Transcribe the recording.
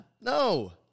No